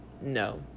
No